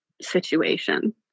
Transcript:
situation